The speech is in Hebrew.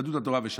יהדות התורה וש"ס.